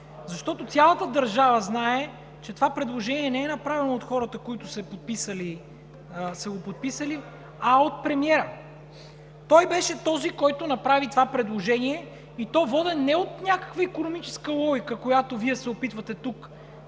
защото цялата държава знае, че това предложение не е направено от хората, които са го подписали, а от премиера. Той беше този, който направи това предложение, и то воден не от някаква икономическа логика, която Вие се опитвате тук